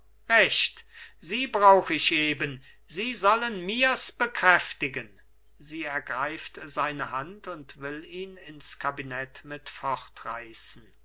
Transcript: recht sie brauch ich eben sie sollen mirs bekräftigen sie ergreift seine hand und will ihn ins kabinett mit